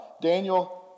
Daniel